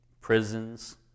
prisons